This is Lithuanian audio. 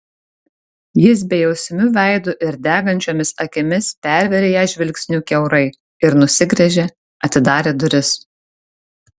jis bejausmiu veidu ir degančiomis akimis pervėrė ją žvilgsniu kiaurai ir nusigręžė atidarė duris